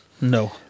No